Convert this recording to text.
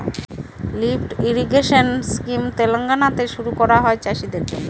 lift irrigation scheme তেলেঙ্গানাতে শুরু করা হয় চাষীদের জন্য